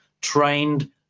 trained